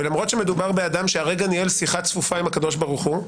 ולמרות שמדובר באדם שהרגע ניהל שיחה צפופה עם הקדוש ברוך הוא,